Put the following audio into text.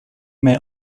may